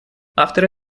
авторы